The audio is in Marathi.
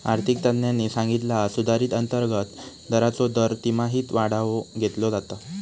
आर्थिक तज्ञांनी सांगितला हा सुधारित अंतर्गत दराचो दर तिमाहीत आढावो घेतलो जाता